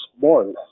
born